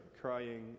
crying